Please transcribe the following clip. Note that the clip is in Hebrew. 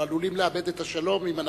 אנחנו עלולים לאבד את השלום אם אנחנו,